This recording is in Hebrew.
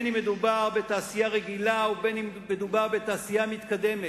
אם מדובר בתעשייה רגילה ואם מדובר בתעשייה מתקדמת.